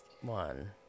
one